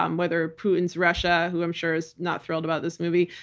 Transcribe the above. um whether putin's russia, who i'm sure is not thrilled about this movie,